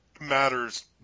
matters